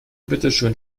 bitteschön